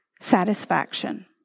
satisfaction